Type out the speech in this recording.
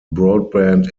broadband